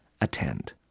attend